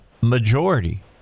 majority